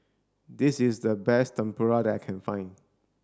this is the best Tempura that I can find